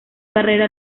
carrera